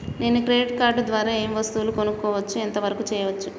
నేను credit card ద్వారా ఏం వస్తువులు కొనుక్కోవచ్చు ఎంత వరకు చేయవచ్చు?